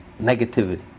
negativity